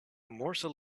morsel